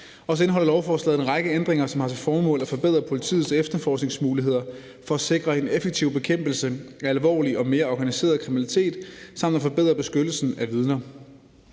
Så indeholder lovforslaget en række ændringer, som har til formål at forbedre politiets efterforskningsmuligheder for at sikre en effektiv bekæmpelse af alvorlig og mere organiseret kriminalitet samt at forbedre beskyttelsen af vidner.